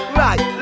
right